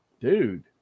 Dude